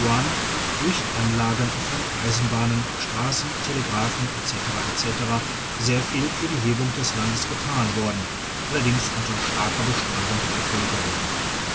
durch anlagen von eisenbahnen strassen telegraphen etc etc sehr viel für die hebung des landes getan worden allerdings unter starker besteuerung der bevölkerung